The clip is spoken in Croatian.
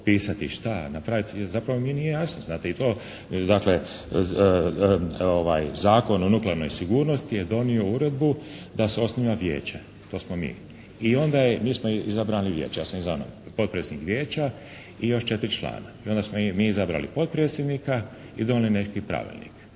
napraviti, zapravo mi nije jasno znate. I to dakle, Zakon o nuklearnoj sigurnosti je donio uredbu da se osniva vijeće, to smo mi i onda je, mi smo izabrani u vijeće, ja sam izvana, potpredsjednik vijeća i još četiri člana i onda smo mi izabrali potpredsjednika i donijeli neki pravilnik.